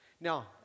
Now